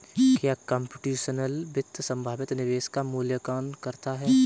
क्या कंप्यूटेशनल वित्त संभावित निवेश का मूल्यांकन करता है?